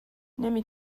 نمی